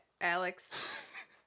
Alex